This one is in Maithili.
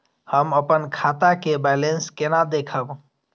हम अपन खाता के बैलेंस केना देखब?